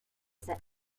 set